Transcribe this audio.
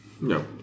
No